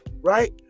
right